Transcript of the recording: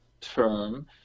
term